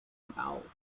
about